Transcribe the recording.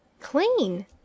Clean